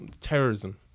terrorism